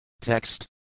Text